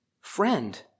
Friend